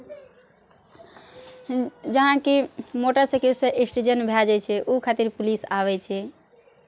जेनाकि मोटरसाइकिलसँ एक्सीडेन्ट भए जाइ छै ओहि खातिर पुलिस आबै छै